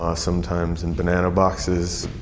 ah sometimes in banana boxes,